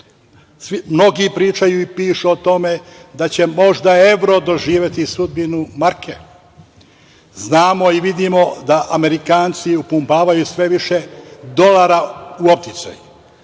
Mnogi pričaju i pišu o tome da će možda evro doživeti sudbinu marke. Znamo i vidimo Amerikanci upumpavaju sve više dolara u opticaj,